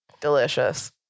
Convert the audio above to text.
delicious